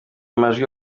amajwi